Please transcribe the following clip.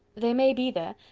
they may be there,